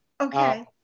Okay